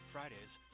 Fridays